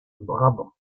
brabant